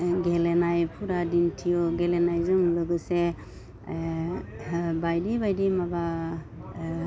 गेलेनाय हुदा दिन्थियो गेलेनायजों लोगोसे बायदि बायदि माबा